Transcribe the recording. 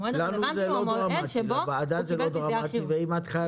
המועד הרלוונטי הוא המועד שבו הוא קיבל PCR חיובי.